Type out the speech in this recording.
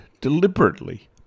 deliberately